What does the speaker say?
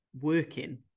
working